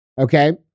Okay